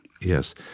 yes